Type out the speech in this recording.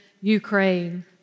Ukraine